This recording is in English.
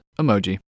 emoji